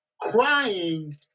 crying